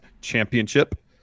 Championship